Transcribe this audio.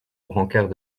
brancard